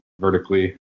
vertically